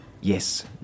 Yes